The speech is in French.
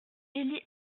élie